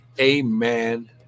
amen